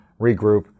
regroup